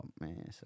man